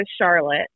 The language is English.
Charlotte